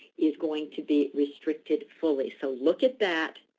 is going to be restricted fully. so look at that,